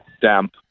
damp